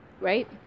right